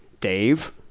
Dave